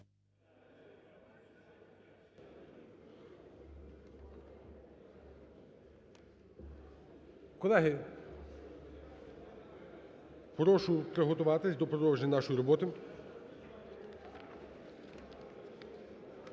Колеги, прошу приготуватись до продовження нашої роботи.